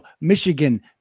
Michigan